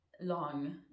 long